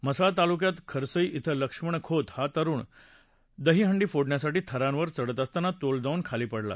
म्हसळा तालूक्यात खरसई इथं लक्ष्मण खोत हा तरुण दहीहंडी फोडण्यासाठी थरांवर चढत असताना तोल जावून खाली पडला